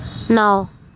नौ